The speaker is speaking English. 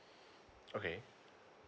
okay